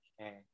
Okay